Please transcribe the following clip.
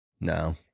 No